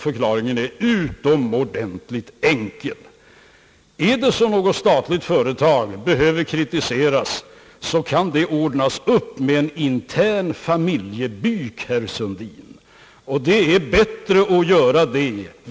Förklaringen är utomordentligt enkel. Om något statligt företag behöver kritiseras, så kan det ordnas med en intern familjebyk, herr Sundin, och det är bättre att göra det på det sättet.